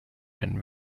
and